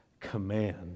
command